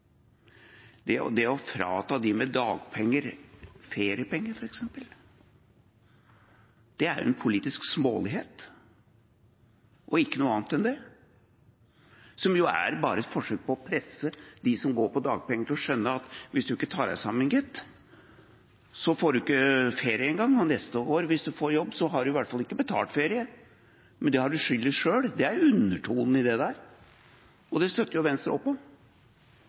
Det å frata dem med dagpenger feriepenger, f.eks., er en politisk smålighet og ikke noe annet enn det. Det er bare et forsøk på presse dem som går på dagpenger, til å skjønne at – hvis du ikke tar deg sammen, får du ikke ferie engang, og neste år, hvis du får jobb, har du i hvert fall ikke betalt ferie, men det har du skyld i selv. Det er undertonen i dette. Og det støtter Venstre opp